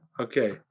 okay